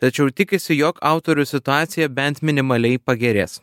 tačiau tikisi jog autorių situacija bent minimaliai pagerės